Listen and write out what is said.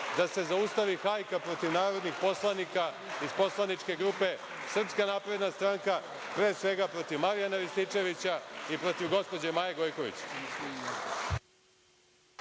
da se zaustavi hajka protiv narodnih poslanika iz poslaničke grupe SNS, pre svega protiv Marjana Rističevića i protiv gospođe Maje Gojković.